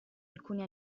alcuni